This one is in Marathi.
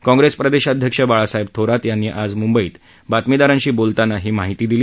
काँग्रेस प्रदेशाध्यक्ष बाळासाहेब थोरात यांनी आज म्ंबईत बातमीदारांशी बोलताना ही माहिती दिली